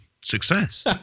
success